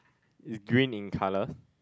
is green in colour